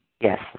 Yes